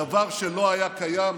דבר שלא היה קיים.